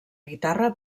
guitarra